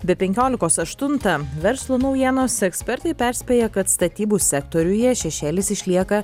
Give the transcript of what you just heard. be penkiolikos aštuntą verslo naujienos ekspertai perspėja kad statybų sektoriuje šešėlis išlieka